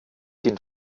den